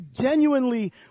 genuinely